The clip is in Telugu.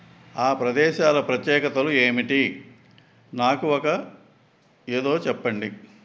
ఆ ప్రదేశాల ప్రత్యేకతలు ఏమిటి నాకు ఒక ఏదో చెప్పండి